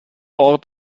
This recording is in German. ort